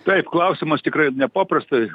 taip klausimas tikrai nepaprastai